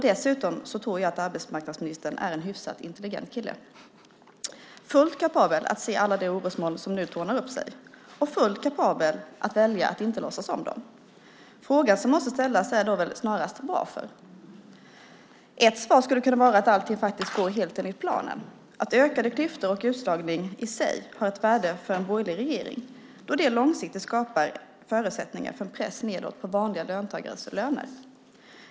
Dessutom tror jag att arbetsmarknadsministern är en hyfsat intelligent kille som är fullt kapabel att se alla de orosmoln som nu tornar upp sig och fullt kapabel att välja att inte låtsas om dem. Frågan som måste ställas är snarast: Varför? Ett svar skulle kunna vara att allting går helt enligt planen, att ökade klyftor och utslagning i sig har ett värde för en borgerlig regering då det långsiktigt skapar förutsättningar för en press nedåt på vanliga löntagares löner.